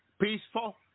peaceful